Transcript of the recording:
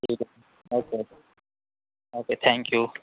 ٹھیک ہے okay okay thank you